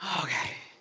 okay,